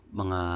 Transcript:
mga